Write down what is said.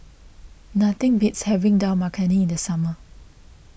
nothing beats having Dal Makhani in the summer